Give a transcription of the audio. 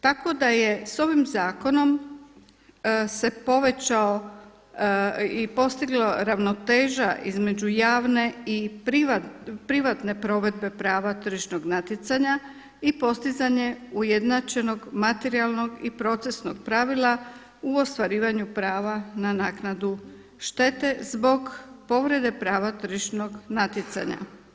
Tako da je sa ovim zakonom se povećao i postigla ravnoteža između javne i privatne provedbe prava tržišnog natjecanja i postizanje ujednačenog materijalnog i procesnog pravila u ostvarivanju prava na naknadu štete zbog povrede prava tržišnog natjecanja.